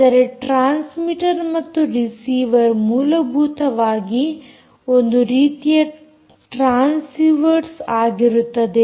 ಆದರೆ ಟ್ಯ್ರಾನ್ಸ್ಮೀಟರ್ ಮತ್ತು ರಿಸೀವರ್ ಮೂಲಭೂತವಾಗಿ ಒಂದು ರೀತಿಯ ಟ್ರಾನ್ಸಿವರ್ಸ್ ಆಗಿರುತ್ತದೆ